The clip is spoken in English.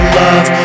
love